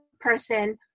person